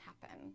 happen